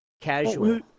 Casual